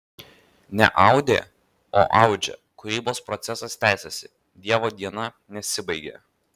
ne audė o audžia kūrybos procesas tęsiasi dievo diena nesibaigė